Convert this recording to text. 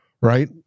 right